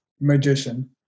magician